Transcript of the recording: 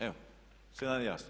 Evo, sve nam je jasno.